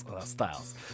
styles